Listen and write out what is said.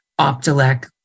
Optilec